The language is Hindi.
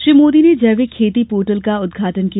श्री मोदी ने जैविक खेती पोर्टल का उदघाटन किया